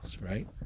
right